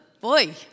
boy